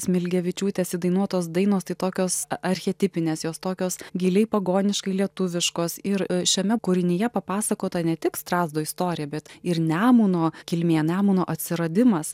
smilgevičiūtės įdainuotos dainos tai tokios archetipinės jos tokios giliai pagoniškai lietuviškos ir šiame kūrinyje papasakota ne tik strazdo istorija bet ir nemuno kilmė nemuno atsiradimas